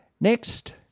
Next